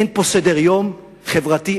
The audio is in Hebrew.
אין פה סדר-יום חברתי,